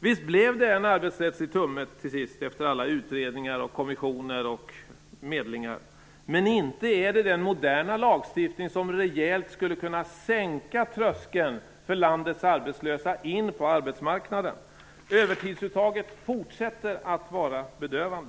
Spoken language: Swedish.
Visst blev det en arbetsrättslig tumme till sist efter alla utredningar, kommissioner och medlingar. Men inte är det den moderna lagstiftning som rejält skulle kunna sänka tröskeln in på arbetsmarknaden för landets arbetslösa. Övertidsuttaget fortsätter att vara bedövande.